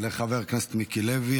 לחבר הכנסת מיקי לוי.